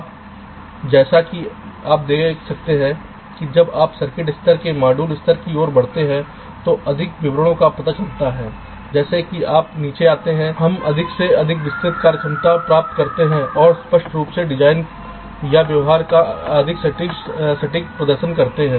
अब जैसा कि आप देख सकते हैं कि जब आप सर्किट स्तर से मॉड्यूल स्तर की ओर बढ़ते हैं तो अधिक विवरणों पर पता चलता है जैसे ही आप नीचे जाते हैं हम अधिक से अधिक विस्तृत कार्यक्षमता प्राप्त करते हैं और स्पष्ट रूप से डिजाइन या व्यवहार का अधिक सटीक प्रदर्शन करते हैं